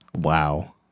wow